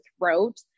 throat